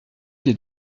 des